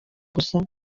gusa